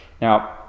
Now